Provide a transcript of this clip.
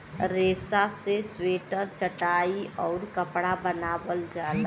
रेसा से स्वेटर चटाई आउउर कपड़ा बनावल जाला